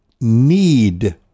need